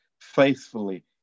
faithfully